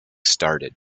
started